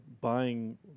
buying